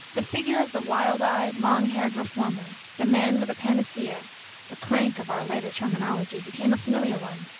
the figure of the wild-eyed, long-haired reformer the man with a panacea the crank of our later terminology became a familiar one.